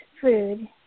food